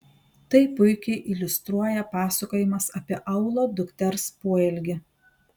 tai puikiai iliustruoja pasakojimas apie aulo dukters poelgį